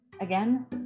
Again